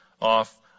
off